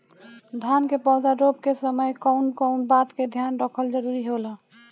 धान के पौधा रोप के समय कउन कउन बात के ध्यान रखल जरूरी होला?